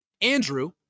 Andrew